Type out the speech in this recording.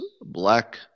black